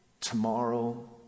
tomorrow